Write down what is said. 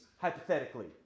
hypothetically